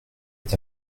est